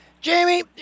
Jamie